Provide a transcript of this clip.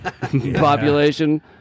Population